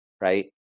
right